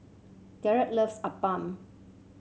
Garrett loves appam